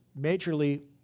majorly